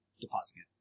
depositing